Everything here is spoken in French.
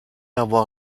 avoir